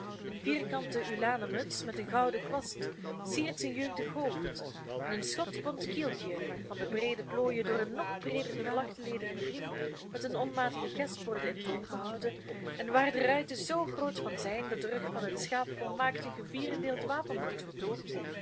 eene vierkante uhlanemuts met een gouden kwast siert zijn jeugdig hoofd en een schotschbont kieltje waarvan de breede plooien door een nog breeder verlaktlederen riem met een onmatigen gesp worden in toom gehouden en waar de ruiten zoo groot van zijn dat de rug van het schaap volmaakt een gevierendeeld wapenbord vertoont